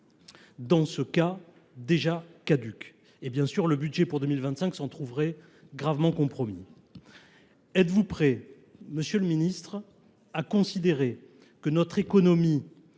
dans ce cas, déjà caduques et, bien sûr, le budget pour 2025 s’en trouverait gravement compromis. Êtes vous prêt, monsieur le ministre, à considérer que notre économie